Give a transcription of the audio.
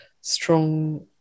strong